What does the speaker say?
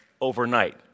overnight